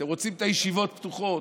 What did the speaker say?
אתם רוצים את הישיבות פתוחות?